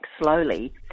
slowly